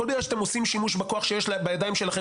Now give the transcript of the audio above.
והכול בגלל שאתם עושים שימוש בכוח בידיים שלכם